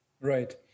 right